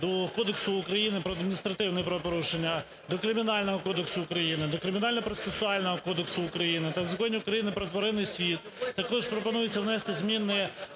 до Кодексу України про адміністративне правопорушення, до Кримінального кодексу України, до Кримінально-процесуального кодексу України та Закону України "Про тваринний світ". Також пропонується внести зміни